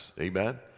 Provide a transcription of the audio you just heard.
Amen